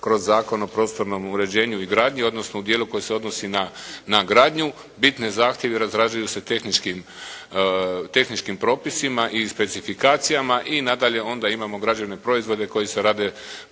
kroz Zakon o prostornom uređenju i gradnji odnosno u dijelu koji se odnosi na gradnju. Bitni zahtjevi razrađuju se tehničkim propisima i specifikacijama i nadalje onda imamo građevne proizvode koji se rade